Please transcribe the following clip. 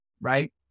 right